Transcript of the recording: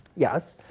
yes.